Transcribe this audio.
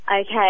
Okay